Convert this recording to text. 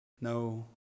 No